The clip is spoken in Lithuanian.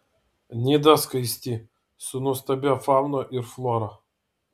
nida skaisti su nuostabia fauna ir flora